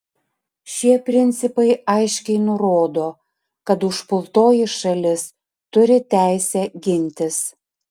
šie principai aiškiai nurodo kad užpultoji šalis turi teisę gintis